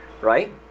Right